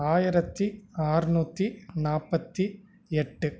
ஆயிரத்தி அறுநூத்தி நாற்பத்தி எட்டு